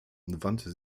wandte